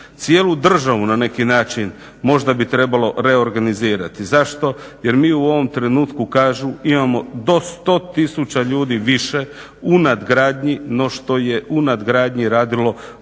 Cijelu državu na neki način možda bi trebalo reorganizirati. Zašto, jer mi u ovom trenutku kažu imamo do 100 000 ljudi više u nadgradnji no što je u nadgradnji radilo godine